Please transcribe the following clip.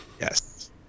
Yes